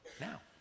now